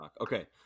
Okay